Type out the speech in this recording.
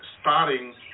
starting